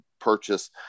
purchase